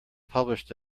published